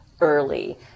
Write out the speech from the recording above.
early